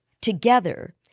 together